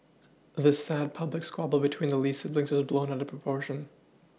this sad public squabble between the Lee siblings is blown out of proportion